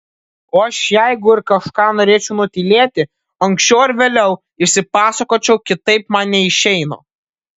o aš jeigu ir kažką norėčiau nutylėti anksčiau ar vėliau išsipasakočiau kitaip man neišeina